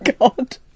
god